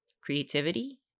creativity